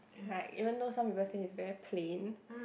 like even though some people say is very plain